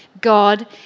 God